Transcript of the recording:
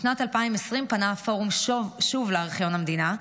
בשנת 2020 פנה הפורום שוב לארכיון המדינה,